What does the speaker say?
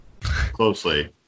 closely